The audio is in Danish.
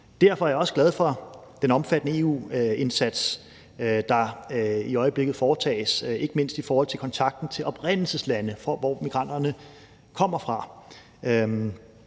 Derfor er jeg også glad for den omfattende EU-indsats, der i øjeblikket foretages, ikke mindst i forhold til kontakten til oprindelseslande, hvor migranterne kommer fra.